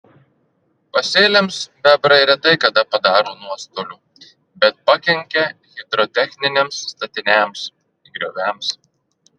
pasėliams bebrai retai kada padaro nuostolių bet pakenkia hidrotechniniams statiniams grioviams